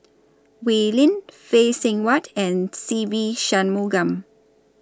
Oi Lin Phay Seng Whatt and Se Ve Shanmugam